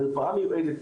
מרפאה מיועדת,